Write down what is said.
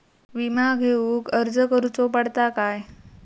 विमा घेउक अर्ज करुचो पडता काय?